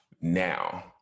Now